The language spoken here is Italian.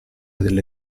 delle